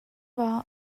war